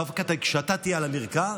דווקא כשאתה תהיה על המרקע,